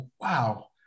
wow